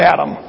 Adam